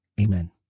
Amen